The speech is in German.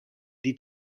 die